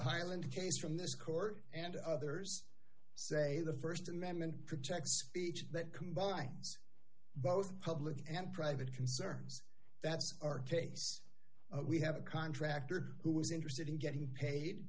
highland case from this court and others say the st amendment protects speech that combines both public and private concerns that's our case we have a contractor who was interested in getting paid